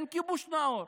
אין כיבוש נאור,